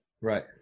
Right